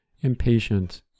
impatient